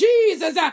Jesus